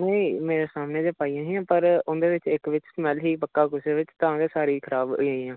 नेईं मेरे सामने गै पाइयां हियां पर उं'दे बिच इक बिच स्मैल्ल ही पक्का कुसै बिच तां गै सारी खराब होई गेइआं